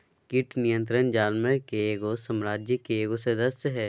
कीट नियंत्रण जानवर के साम्राज्य के एगो सदस्य हइ